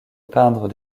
peindre